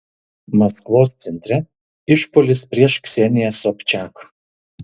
maskvos centre išpuolis prieš kseniją sobčiak